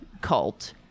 cult